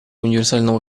универсального